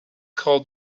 called